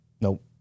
nope